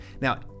Now